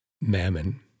mammon